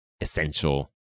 essential